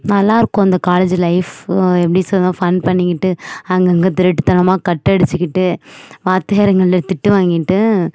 நல்லா இருக்கும் அந்த காலேஜு லைஃபு எப்படி சொல்லுறதுனா ஃபண் பண்ணிக்கிட்டு அங்கங்கே திருட்டுத்தனமாக கட் அடிச்சுக்கிட்டு வாத்தியாருங்கள்ல திட்டு வாங்கிட்டு